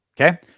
Okay